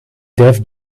def